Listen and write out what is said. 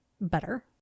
better